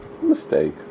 mistake